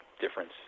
difference